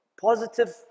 positive